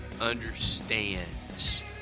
understands